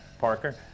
Parker